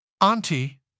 Auntie